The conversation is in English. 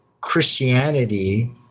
Christianity